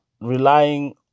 relying